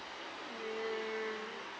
hmm